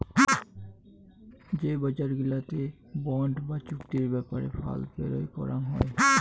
যে বজার গিলাতে বন্ড বা চুক্তি ব্যাপারে ফাল পেরোয় করাং হই